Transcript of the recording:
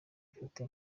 ifite